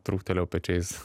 truktelėjau pečiais